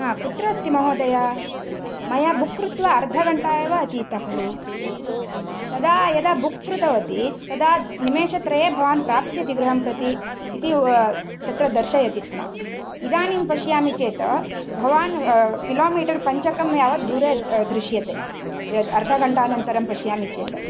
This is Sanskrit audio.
हा कुत्र अस्ति महोदय मया बुक् कृत्वा अर्धघण्टा एव अतीत खलु तदा यदा बुक् कृतवती तदा निमेषत्रये भवान् प्राप्स्यति गृहं प्रति इति तत्र दर्शयति स्म इदानीं पश्यामि चेत् भवान् किलोमीटर् पञ्चकं यावत् दूरे दृश्यते यद् अर्धघण्टानन्तरं पश्यामि चेत्